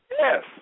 Yes